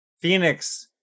Phoenix